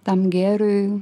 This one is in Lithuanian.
tam gėriui